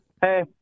hey